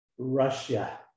Russia